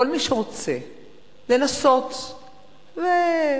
כל מי שרוצה לנסות להתחכם